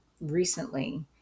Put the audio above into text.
recently